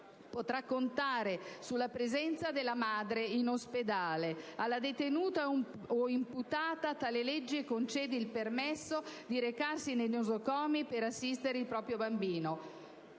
potrà contare sulla presenza della madre in ospedale: alla detenuta o imputata si concede il permesso di recarsi nei nosocomi per assistere il proprio bambino.